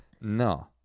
no